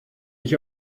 ich